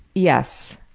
yes.